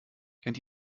kennt